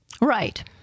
right